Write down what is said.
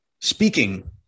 Speaking